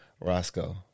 Roscoe